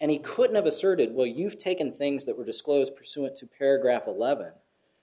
and he could have asserted well you've taken things that were disclosed pursuant to paragraph eleven